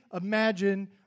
imagine